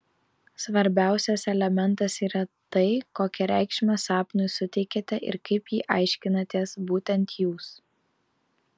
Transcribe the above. svarbiausias elementas yra tai kokią reikšmę sapnui suteikiate ir kaip jį aiškinatės būtent jūs